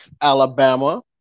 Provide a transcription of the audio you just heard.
Alabama